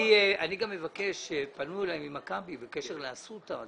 אני גם מבקש, פנו אלי ממכבי בקשר לאסותא.